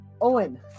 Owen